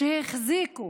שהחזיקו